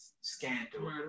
scandal